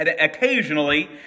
Occasionally